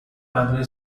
primary